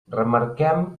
remarquem